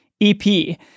EP